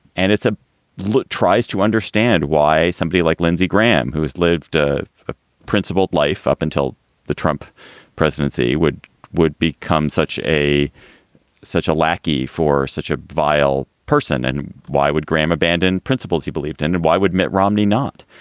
and it's a look tries to understand why somebody like lindsey graham, who has lived a principled life up until the trump presidency, would would become such a such a lackey for such a vile person. and why would graham abandon principles he believed in? and why would mitt romney not?